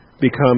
become